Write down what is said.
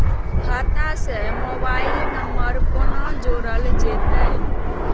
खाता से mobile number कोना जोरल जेते?